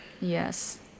Yes